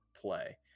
play